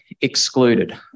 excluded